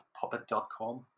puppet.com